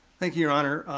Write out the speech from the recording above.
thank you your honor.